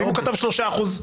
ואם הוא כתב שלושה אחוזים?